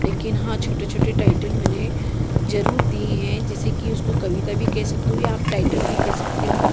लेकिन हाँ छोटे छोटे टाइटल मैंने जरूर दिए हैं जैसे कि उसको कविता भी कह सकते हो या आप टाइटल भी कह सकते हो